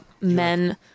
men